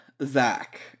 Zach